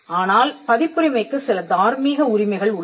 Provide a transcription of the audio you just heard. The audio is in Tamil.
ஆனால் பதிப்புரிமைக்கு சில தார்மீக உரிமைகள் உள்ளன